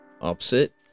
opposite